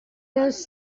those